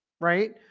right